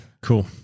Cool